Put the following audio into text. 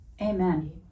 Amen